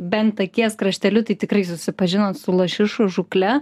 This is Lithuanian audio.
bent akies krašteliu tai tikrai susipažinot su lašišų žūkle